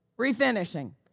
Refinishing